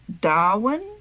Darwin